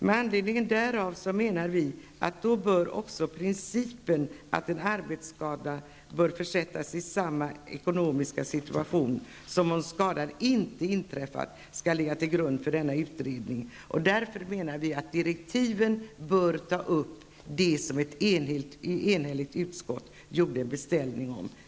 Med anledning därav menar vi att principen att en arbetsskada bör försättas i samma ekonomiskt sammanhang som om skadan inte hade inträffat skall ligga till grund för denna utredning. Därför menar vi att utredningen bör ta upp det som ett enhälligt utskott gjort beställning om.